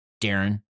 Darren